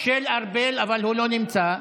של ארבל, אבל הוא לא נמצא.